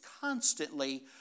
constantly